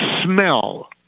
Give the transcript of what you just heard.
smell